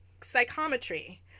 psychometry